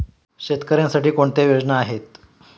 शेतकऱ्यांसाठी कोणत्या योजना आहेत?